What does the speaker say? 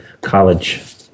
college